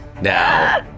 now